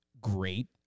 great